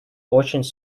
очень